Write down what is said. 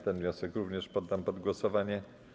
Ten wniosek również poddam pod głosowanie.